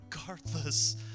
regardless